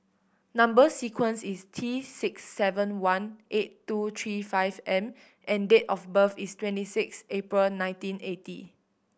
number sequence is T six seven one eight two three five M and date of birth is twenty six April nineteen eighty